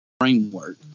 framework